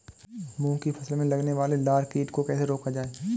मूंग की फसल में लगने वाले लार कीट को कैसे रोका जाए?